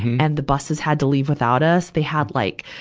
and the buses had to leave without us. they had like,